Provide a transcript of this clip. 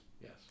Yes